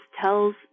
tells